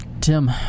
Tim